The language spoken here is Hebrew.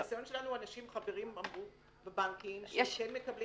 מהניסיון שלנו חברים אמרו בבנקים שהם מקבלים